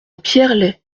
pierrelaye